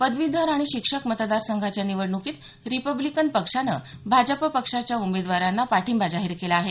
पदवीधर आणि शिक्षक मतदार संघाच्या निवडण्कीत रिपब्लिकन पक्षानं भाजपच्या उमेदवारांना पाठिंबा जाहीर केला आहे